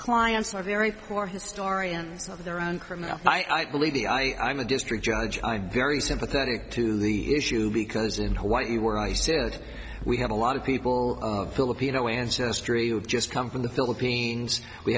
clients are very poor historians of their own criminal i believe the i am a district judge i'm very sympathetic to the issue because in hawaii where i said we have a lot of people of filipino ancestry we've just come from the philippines we